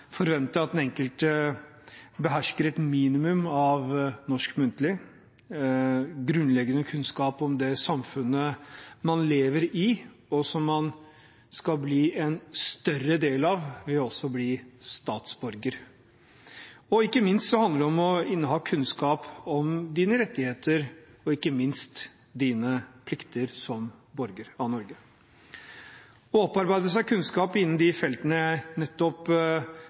at den enkelte behersker et minimum av norsk muntlig og grunnleggende kunnskaper om det samfunnet man lever i og skal bli en større del av ved å bli statsborger. Ikke minst handler det også om å inneha kunnskap om sine rettigheter og ikke minst sine plikter som borger av Norge. Å opparbeide seg kunnskap innen de feltene jeg nettopp